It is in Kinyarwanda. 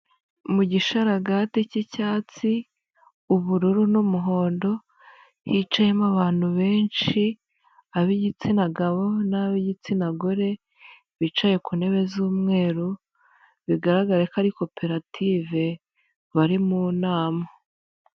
Mu gisharagate k'icyatsi ubururu n'umuhondo hicayemo abantu benshi ab'igitsina gabo n'ab'igitsina gore bicaye ku ntebe z'umweru bigaragara ko ari koperative bari mu nama.